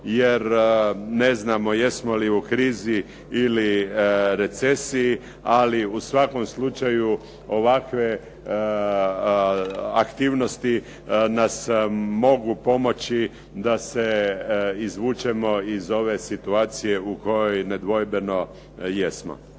jer ne znamo jesmo li u krizi ili recesiji, ali u svakom slučaju ovakve aktivnosti nas mogu pomoći da se izvučemo iz ove situacije u kojoj nedvojbeno jesmo.